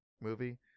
movie